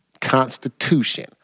constitution